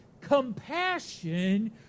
compassion